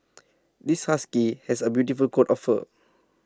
this husky has A beautiful coat of fur